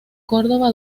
córdoba